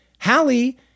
Hallie